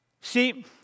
See